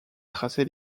tracé